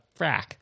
frack